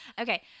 Okay